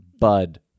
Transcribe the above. Bud